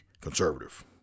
conservative